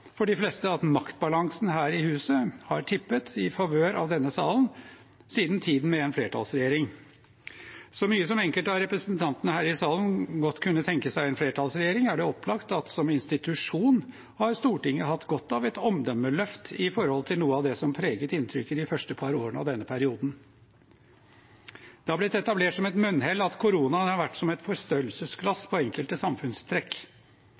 for de fleste at maktbalansen her i huset har tippet i favør av denne salen siden tiden med en flertallsregjering. Så mye som enkelte av representantene her i salen godt kunne tenke seg en flertallregjering, er det opplagt at som institusjon har Stortinget hatt godt av et omdømmeløft i forhold til noe av det som preget inntrykket de første par årene av denne perioden. Det er blitt etablert som et munnhell at koronaen har vært som et forstørrelsesglass på enkelte samfunnstrekk.